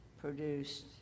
produced